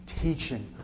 teaching